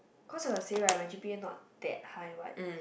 cause I will say right my g_p_a not that high right